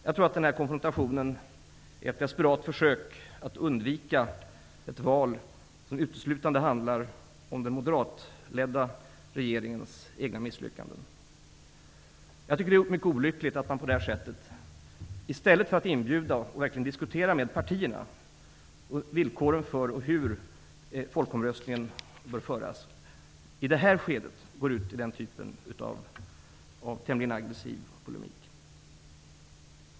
Jag tror att den här konfrontationen är ett desperat försök att undvika ett val som uteslutande handlar om den moderatledda regeringens egna misslyckanden. Jag tycker att det är mycket olyckligt att man på detta sätt, i stället för att inbjuda till verkliga diskussioner med partierna om villkoren för hur folkomröstningen bör föras, i det här skedet går ut i den typen av tämligen aggressiv polemik.